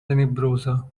tenebrosa